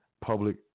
public